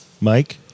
Mike